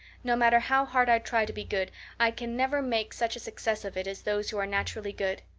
no matter how hard i try to be good i can never make such a success of it as those who are naturally good.